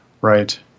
Right